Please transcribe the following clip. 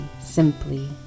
Simply